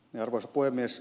arvoisa puhemies